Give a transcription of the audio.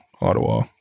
Ottawa